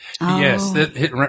Yes